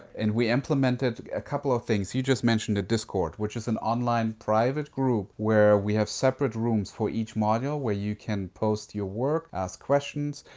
and we implemented a couple of things. you just mentioned a discord, which is an online private group where we have separate rooms for each module, where you can post your work, ask questions,